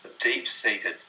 deep-seated